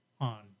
on